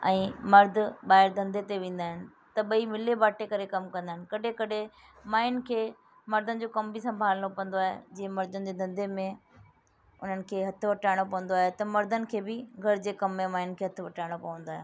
ऐं मर्द ॿाहिरि धंधे ते वेंदा आहिनि त ॿई मिली बाटे करे कमु कंदा आहिनि कॾहिं कॾहिं माइयुनि खे मर्दनि जो कमु बि संभालणो पवंदो आहे जीअं मर्दनि जे धंधे में उन्हनि खे हथ बटाइणो पवंदो आहे त मर्दनि खे बि घर जे कमु में माइयुनि खे हथु बटाइणो पवंदो आहे